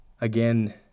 Again